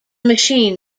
machine